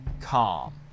calm